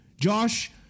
Josh